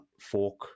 fork